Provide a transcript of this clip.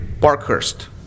Parkhurst